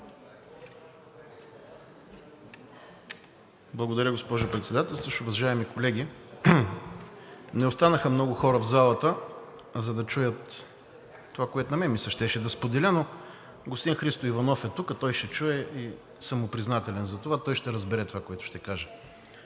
Благодаря, госпожо Председателстващ. Уважаеми колеги, не останаха много хора в залата, за да чуят това, което на мен ми се щеше да споделя, но господин Христо Иванов е тук, той ще чуе и съм му признателен за това – той ще разбере това, което ще кажа.